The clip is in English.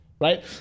right